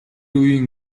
үеийн